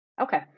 Okay